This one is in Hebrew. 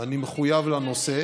אני מחויב לנושא,